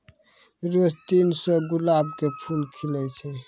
रोज तीन सौ गुलाब के फूल खिलै छै